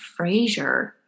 Frasier